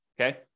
okay